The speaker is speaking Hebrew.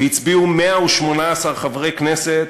והצביעו 118 חברי כנסת